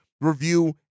review